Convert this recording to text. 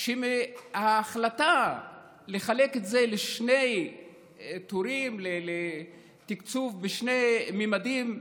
שהוחלט לחלק לשני טורים, לתקצוב בשני ממדים: